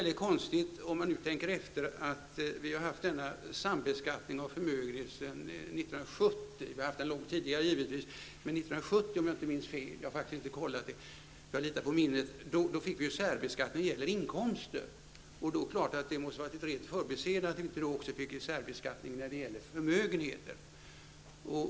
Man skall tänka på att denna sambeskattning av förmögenhet har funnits mycket länge, men 1970, om jag inte minns fel, infördes särbeskattning när det gäller inkomster. Det måste då ha varit ett rent förbiseende att man inte också införde särbeskattning när det gäller förmögenheter.